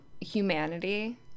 humanity